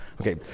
Okay